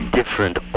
different